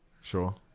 sure